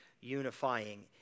unifying